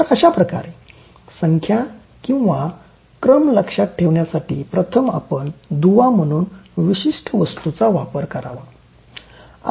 तर अशाप्रकारे संख्या किंवा क्रम लक्षात ठेवण्यासाठी प्रथम आपण दुवा म्हणून विशिष्ट वस्तूचा वापर करावा